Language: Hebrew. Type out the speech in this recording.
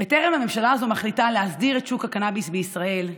בטרם הממשלה הזו מחליטה להסדיר את שוק הקנביס בישראל,